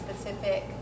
specific